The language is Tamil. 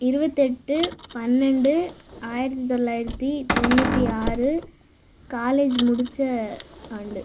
இருபத்து எட்டு பன்னெண்டு ஆயிரத்தி தொள்ளாயிரத்தி தொண்ணூற்றி ஆறு காலேஜ் முடிச்ச ஆண்டு